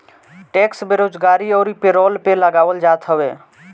tax बेरोजगारी अउरी payroll पे लगावल जात हवे